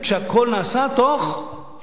והכול נעשה בתוך שנתיים וחצי,